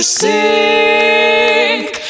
sink